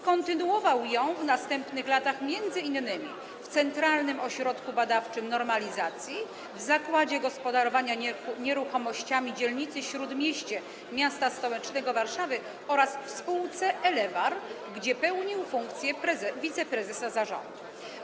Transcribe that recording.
Kontynuował ją w następnych latach m.in. w Centralnym Ośrodku Badawczym Normalizacji, w Zakładzie Gospodarowania Nieruchomościami w Dzielnicy Śródmieście m.st. Warszawy oraz w spółce Elewarr, gdzie pełnił funkcję wiceprezesa zarządu.